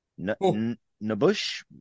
Nabush